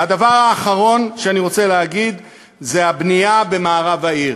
והדבר האחרון שאני רוצה להגיד זה הבנייה במערב העיר.